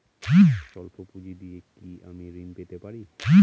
সল্প পুঁজি দিয়ে কি আমি ঋণ পেতে পারি?